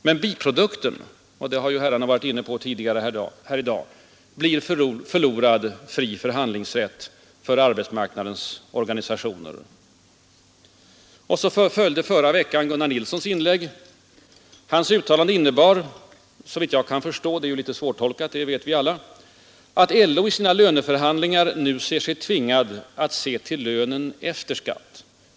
Men biprodukten — detta har herrarna varit inne på tidigare här i dag — blir förlorad fri förhandlingsrätt för arbetsmarknadens organisationer. Så följde förra veckan Gunnar Nilssons inlägg. Hans uttalande innebar, såvitt jag kan förstå — alla vet att det var svårtolkat — att LO i sina löneförhandlingar nu ser sig tvingad att se till lönen efter skatt.